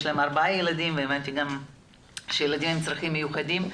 יש להם ארבעה ילדים, וילדים עם צרכים מיוחדים,